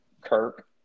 Kirk